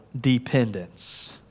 dependence